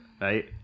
Right